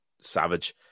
savage